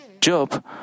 Job